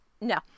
No